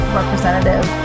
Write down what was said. representative